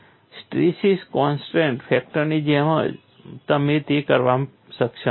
stresses concentration ફેક્ટરની જેમ જ તમે તે કરવા માટે સક્ષમ છો